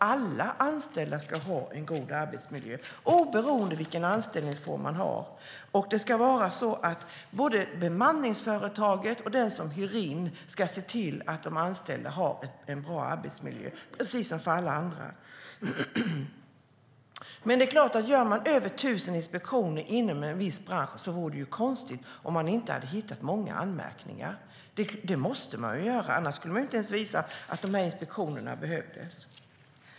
Alla anställda ska ha en god arbetsmiljö oberoende av vilken anställningsform de har. Både bemanningsföretaget och den som hyr in ska se till att de anställda har en bra arbetsmiljö. Det är klart att om man gör över 1 000 inspektioner inom en viss bransch vore det konstigt om man inte hade hittat många anmärkningar. Det måste man ju göra, annars skulle man inte ens visa att inspektionerna behövdes.